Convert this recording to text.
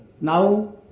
Now